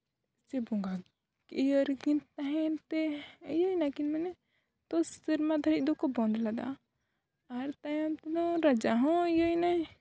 ᱪᱮ ᱵᱚᱸᱜᱟ ᱤᱭᱟᱹ ᱨᱮᱠᱤᱱ ᱛᱟᱦᱮᱱ ᱛᱮ ᱤᱭᱟᱹᱭ ᱱᱟᱹᱠᱤᱱ ᱢᱟᱱᱮ ᱫᱚᱥ ᱥᱮᱨᱢᱟ ᱫᱷᱟᱹᱨᱤᱡ ᱫᱚᱠᱚ ᱵᱚᱫᱽ ᱞᱮᱫᱟ ᱟᱨ ᱛᱟᱭᱚᱢ ᱛᱮᱫᱚ ᱨᱟᱡᱟ ᱦᱚᱸ ᱤᱭᱟᱹᱭᱱᱟᱭ